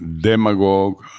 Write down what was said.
demagogue